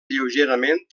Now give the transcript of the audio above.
lleugerament